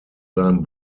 seinem